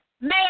man